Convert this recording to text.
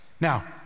Now